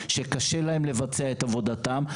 שקשה להם לבצע את עבודתם,